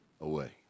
away